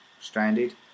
stranded